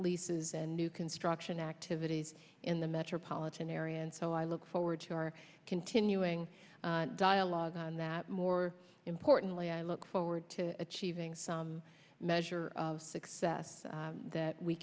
leases and new construction activities in the metropolitan area and so i look forward to our continuing dialogue on that more importantly i look forward to achieving some measure of success that we